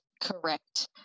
correct